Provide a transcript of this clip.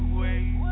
wait